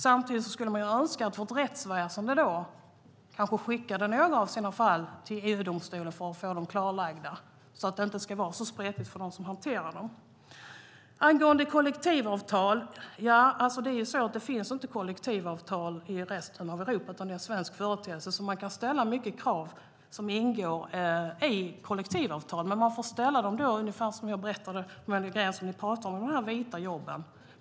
Samtidigt kan vi önska att vårt rättsväsen kan skicka några fall till EU-domstolen för att få dem klarlagda så att det inte ska vara så spretigt för dem som ska hantera kraven. Vidare var det frågan om kollektivavtal. Det finns inte kollektivavtal i resten av Europa. Det är en svensk företeelse. Vi kan ställa många krav som ingår i kollektivavtal, men vi får ställa kraven ungefär på det sätt som jag sade om de "vita jobben".